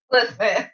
Listen